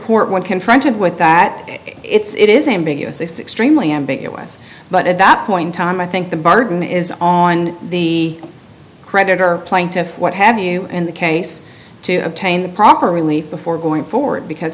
court when confronted with that it's it is ambiguous it's extremely ambiguous but at that point time i think the burden is on the creditor plaintiff what have you in the case to obtain the proper relief before going forward because